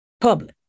public